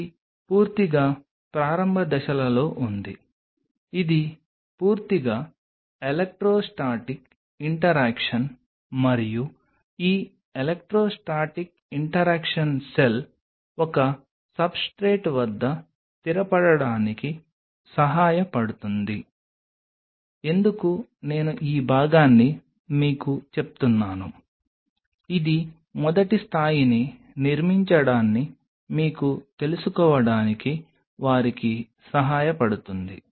ఇది పూర్తిగా ప్రారంభ దశలలో ఉంది ఇది పూర్తిగా ఎలెక్ట్రోస్టాటిక్ ఇంటరాక్షన్ మరియు ఈ ఎలెక్ట్రోస్టాటిక్ ఇంటరాక్షన్ సెల్ ఒక సబ్స్ట్రేట్ వద్ద స్థిరపడటానికి సహాయపడుతుంది ఎందుకు నేను ఈ భాగాన్ని మీకు చెప్తున్నాను ఇది మొదటి స్థాయిని నిర్మించడాన్ని మీకు తెలుసుకోవడానికి వారికి సహాయపడుతుంది